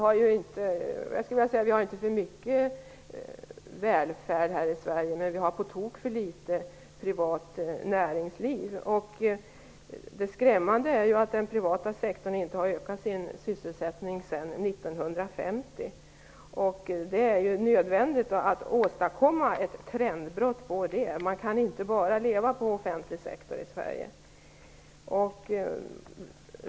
Vi har inte för mycket välfärd här i Sverige, men vi har på tok för litet privat näringsliv. Det skrämmande är ju att den privata sektorn inte har ökat sin sysselsättning sedan 1950. Det är då nödvändigt att åstadkomma ett trendbrott. Man kan inte bara leva på offentlig sektor i Sverige.